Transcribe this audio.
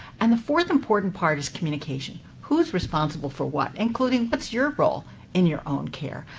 and the fourth important part is communication. who's responsible for what, including what's your role in your own care?